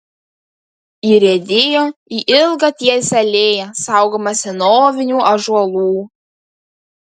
įriedėjo į ilgą tiesią alėją saugomą senovinių ąžuolų